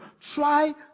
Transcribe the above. Try